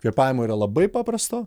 kvėpavimo yra labai paprasto